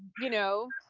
you know,